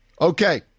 Okay